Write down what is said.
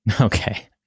Okay